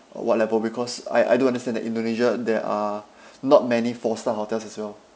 uh what level because I I don't understand that indonesia there are not many four star hotels as well